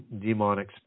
demonic